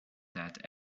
that